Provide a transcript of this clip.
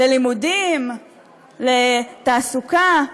ללימודים, לתעסוקה.